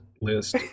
list